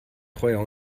treuer